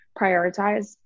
prioritize